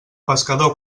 pescador